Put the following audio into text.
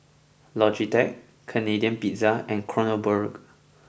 Logitech Canadian Pizza and Kronenbourg